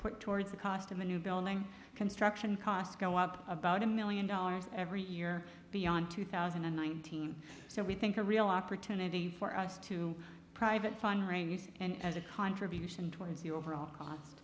put towards the cost of the new building construction costs go up about a million dollars every year beyond two thousand and nine so we think a real opportunity for us to private fundraising and as a contribution towards the overall cost